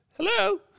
Hello